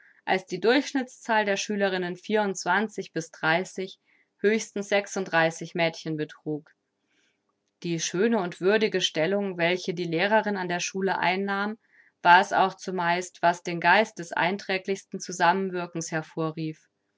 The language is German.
als die durchschnittszahl der schülerinnen höchstens mädchen betrug die schöne und würdige stellung welche die lehrerin an der schule einnahm war es auch zumeist was den geist des einträchtigsten zusammenwirkens hervorrief